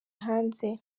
hanze